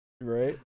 Right